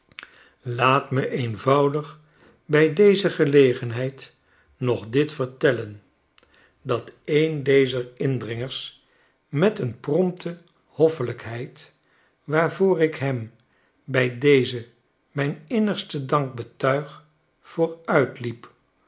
laat me eenvoudigbij dezegelegenheid nog dit vertellen dat een dezer indringers met een prompte hoffelijkheid waarvoor ik hem bij deze mijn innigsten dank